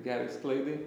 gerai sklaidai